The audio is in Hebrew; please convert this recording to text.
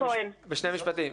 בשני משפטים.